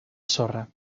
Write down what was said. sorra